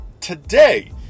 today